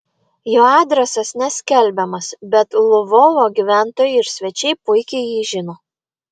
jo adresas neskelbiamas bet lvovo gyventojai ir svečiai puikiai jį žino